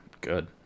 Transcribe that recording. good